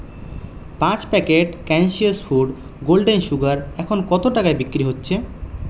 পাঁচ packet conscious food golden sugar এখন কত টাকায় বিক্রি হচ্ছে